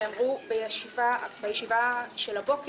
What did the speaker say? מעבר לזה, אנחנו קוראים לאנשים לבוא להצביע.